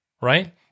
right